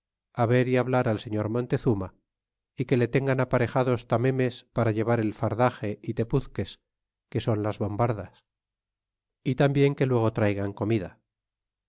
ver e hablar al señor montezuma que le tengan aparejados tamemes para llevar el fardaxe tepuzques que son las bombardas tamhien que luego traigan comida